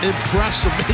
Impressive